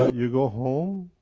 you go home,